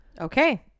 Okay